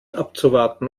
abzuwarten